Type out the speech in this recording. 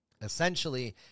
Essentially